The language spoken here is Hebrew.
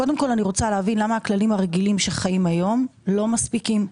קודם כל אני רוצה להבין למה הכללים הרגילים שחלים היום לא מספיקים.